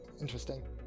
interesting